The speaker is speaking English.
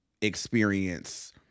experience